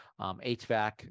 HVAC